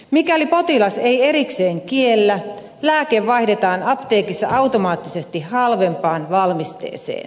mikäli potilas ei erikseen kiellä lääke vaihdetaan apteekissa automaattisesti halvempaan valmisteeseen